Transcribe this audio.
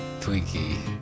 Twinkie